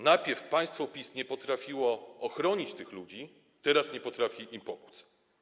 Najpierw państwo PiS nie potrafiło ochronić tych ludzi, teraz nie potrafi im pomóc.